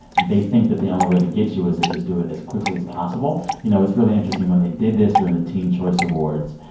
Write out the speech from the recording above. they think that the only way to get you is to just do it as quickly as possible you know, it's really interesting. when they did this during the teen choice awards,